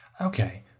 Okay